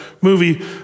movie